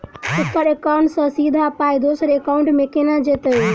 हम्मर एकाउन्ट सँ सीधा पाई दोसर एकाउंट मे केना जेतय?